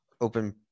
open